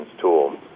tool